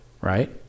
right